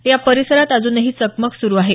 या परिसरात अज्नही चकमक सुरु आहे